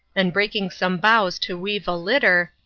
and breaking some boughs to weave a litter,